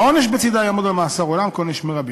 והעונש בצדה יעמוד על מאסר עולם כעונש מרבי.